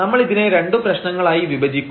നമ്മൾ ഇതിനെ രണ്ടുപ്രശ്നങ്ങളായി വിഭജിക്കും